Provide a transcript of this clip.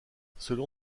selon